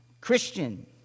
Christian